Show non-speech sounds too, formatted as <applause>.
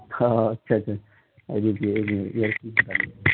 اچھا اچھا رکیے ایک منٹ ایک منٹ <unintelligible>